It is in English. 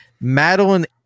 Madeline